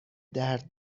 درد